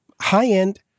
high-end